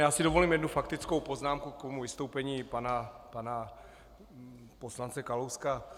Já si dovolím jednu faktickou poznámku k tomu vystoupení pana poslance Kalouska.